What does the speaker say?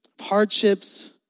hardships